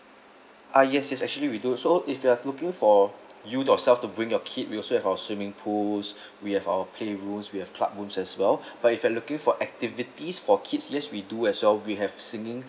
ah yes yes actually we do so if you are looking for you yourself to bring your kid we also have our swimming pools we have our play rooms we have club rooms as well but if you are looking for activities for kids yes we do as well we have singing